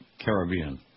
Caribbean